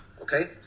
Okay